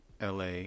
la